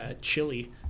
chili